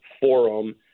forum